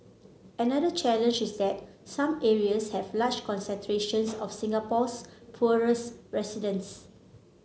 another challenge is that some areas have large concentrations of Singapore's poorest residents